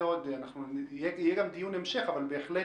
יהיה דיון המשך, אבל בהחלט